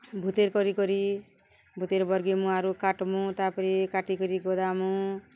ଭୁତେର୍ କରି କରି ଭୁତେର୍ ବର୍ଗିମୁ ଆରୁ କାଟ୍ମୁ ତା'ପରେ କାଟିକରି ଗଦାମୁ